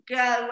go